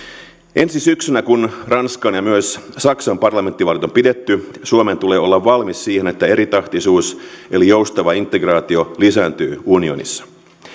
ensi syksynä kun ranskan ja myös saksan parlamenttivaalit on pidetty suomen tulee olla valmis siihen että eritahtisuus eli joustava integraatio lisääntyy unionissa